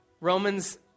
Romans